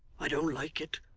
i don't like it.